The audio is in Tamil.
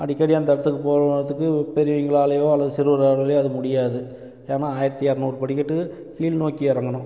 அடிக்கடி அந்த இடத்துக்கு போய் வரத்துக்கு பெரியவங்களாலையோ அல்லது சிறுவர்களாலேயோ அது முடியாது ஏன்னால் ஆயிரத்தி இரநூறு படிக்கட்டு கீழ்நோக்கி இறங்கணும்